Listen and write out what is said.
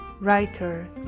writer